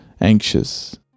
anxious